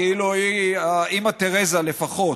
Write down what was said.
כאילו היא אימא תרזה לפחות.